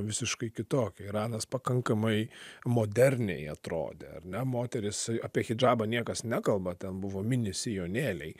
visiškai kitokia iranas pakankamai moderniai atrodę ar ne moteris apie hidžabą niekas nekalba tai buvo mini sijonėliai